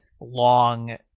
long